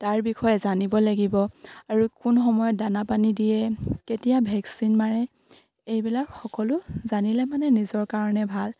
তাৰ বিষয়ে জানিব লাগিব আৰু কোন সময়ত দানা পানী দিয়ে কেতিয়া ভেকচিন মাৰে এইবিলাক সকলো জানিলে মানে নিজৰ কাৰণে ভাল